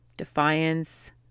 Defiance